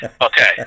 okay